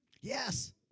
Yes